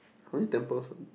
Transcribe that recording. how many temples ah